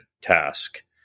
task